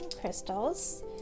crystals